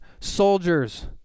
soldiers